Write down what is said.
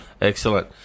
Excellent